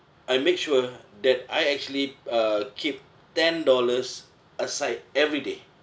I make sure that I actually uh keep ten dollars aside every day